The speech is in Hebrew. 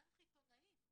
דרך עיתונאים.